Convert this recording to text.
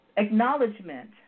Acknowledgement